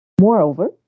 Moreover